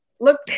look